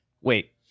wait